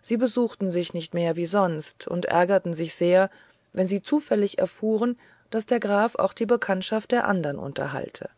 sie besuchten sich nicht mehr wie sonst und ärgerten sich sehr wenn sie zufällig erfuhren daß der graf auch die bekanntschaft der andern unterhalte